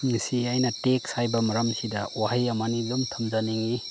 ꯉꯁꯤ ꯑꯩꯅ ꯇꯦꯛꯁ ꯍꯥꯏꯕ ꯃꯔꯝꯁꯤꯗ ꯋꯥꯍꯩ ꯑꯃꯅꯤ ꯑꯗꯨꯝ ꯊꯝꯖꯅꯤꯡꯉꯤ